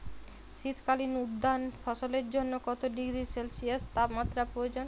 শীত কালীন উদ্যান ফসলের জন্য কত ডিগ্রী সেলসিয়াস তাপমাত্রা প্রয়োজন?